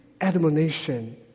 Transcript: admonition